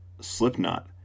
Slipknot